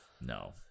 No